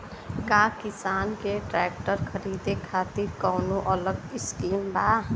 का किसान के ट्रैक्टर खरीदे खातिर कौनो अलग स्किम बा?